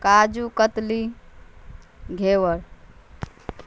کاجو katli ghevar